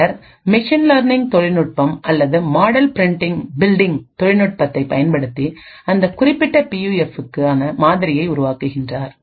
பின்னர் machine learning தொழில்நுட்பம் அல்லது மாடல் பில்டிங் தொழில்நுட்பத்தை பயன்படுத்தி அந்த குறிப்பிட்ட பியூஎஃப்புக்கு காண மாதிரியை உருவாக்குகின்றார்